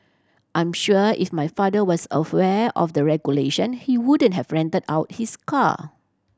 I'm sure if my father was of the regulation he wouldn't have rented out his car